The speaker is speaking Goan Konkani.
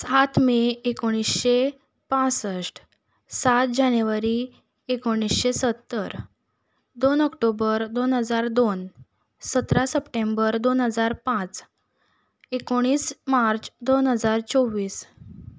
सात मे एकोणिशे पासश्ठ सात जानेवारी एकोणीशे सत्तर दोन ऑक्टोबर दोन हजार दोन सतरा सप्टेंबर दोन हजार पांच एकोणीस मार्च दोन हजार चोवीस